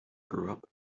grew